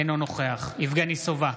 אינו נוכח יבגני סובה,